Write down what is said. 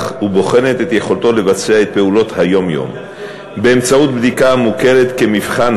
ובוחנת את יכולתו לבצע את פעולות היום-יום באמצעות בדיקה המוכרת כמבחן